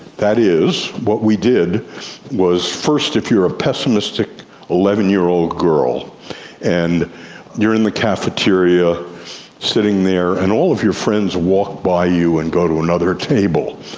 that is, what we did was first if you're a pessimistic eleven year old girl and you're in the cafeteria sitting there and all of your friends walk by you and go to another table,